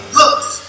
looks